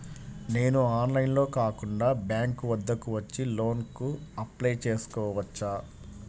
నేను ఆన్లైన్లో కాకుండా బ్యాంక్ వద్దకు వచ్చి లోన్ కు అప్లై చేసుకోవచ్చా?